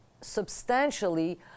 substantially